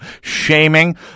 shaming